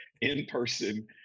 in-person